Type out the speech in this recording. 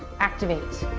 activate!